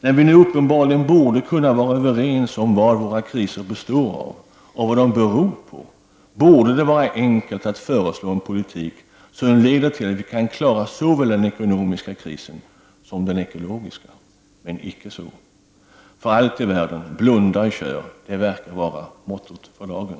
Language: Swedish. När vi nu uppenbarligen borde kunna vara överens om vad våra kriser består av och vad de beror på, borde det vara enkelt att föreslå en politik som leder till att vi kan klara såväl den ekonomiska krisen som den ekologiska. Men icke så! För allt i världen — blunda och kör! Det verkar vara måttot för dagen.